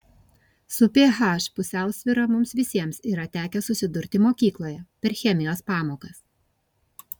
su ph pusiausvyra mums visiems yra tekę susidurti mokykloje per chemijos pamokas